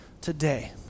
today